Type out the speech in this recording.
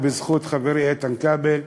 יחד ובזכות חברי איתן כבל,